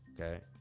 okay